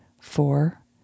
four